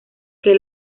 que